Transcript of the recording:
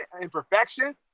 imperfection